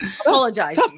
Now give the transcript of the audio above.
apologize